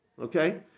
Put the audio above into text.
Okay